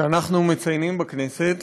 שאנחנו מציינים בכנסת.